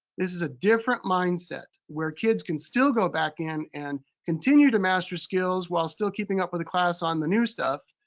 this is a different mindset. where kids can still go back in and continue to master skills while still keeping up with the class on the new stuff.